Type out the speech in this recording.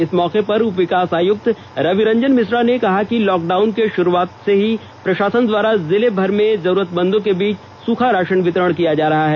इस मौके पर उपविकास आयुक्त रवि रंजन मिश्रा ने कहा कि लॉक डाउन के शुरूआत से ही प्रषासन द्वारा जिले भर में जरूरतमंदों के बीच सूखा राषन वितरण किया जा रहा है